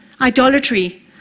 Idolatry